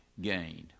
gained